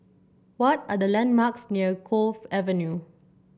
what are the landmarks near Cove Avenue